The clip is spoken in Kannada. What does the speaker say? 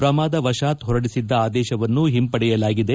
ಪ್ರಮಾದವಶಾತ್ ಹೊರಡಿಸಿದ್ದ ಆದೇಶವನ್ನು ಹಿಂಪಡೆಯಲಾಗಿದೆ